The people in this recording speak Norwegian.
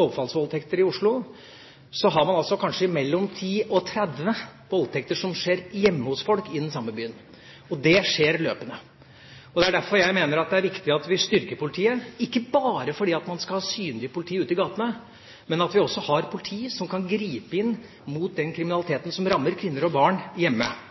overfallsvoldtekter i Oslo, har man kanskje mellom 10 og 30 voldtekter som skjer hjemme hos folk i den samme byen. Og det skjer løpende. Det er derfor jeg mener det er viktig at vi styrker politiet, ikke bare fordi man skal ha synlig politi ute i gatene, men at vi også har politi som kan gripe inn mot den